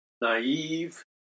naive